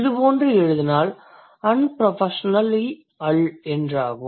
இது போன்று எழுதினால் unprofessionallyal என்றாகும்